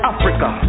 Africa